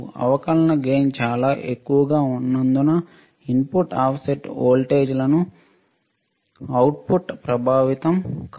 అవకలన గెయిన్ చాలా ఎక్కువగా ఉన్నందున ఇన్పుట్ ఆఫ్సెట్ వోల్టేజ్వలన అవుట్పుట్ ప్రభావితం కాదు